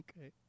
Okay